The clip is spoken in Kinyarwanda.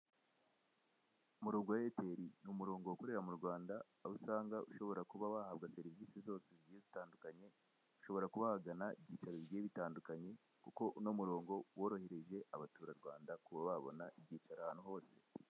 Umurongo wa eyateri ni umurongo ukorera mu Rwanda aho usanga wahabwa serivise zose zigiye zitandukanye, ushobora kuba wagana ibyicaro bigiye bitandukanye kuko uno murongo worohereje abaturarwanda kuba babona ibyicaro ahantu hose.